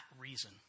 reason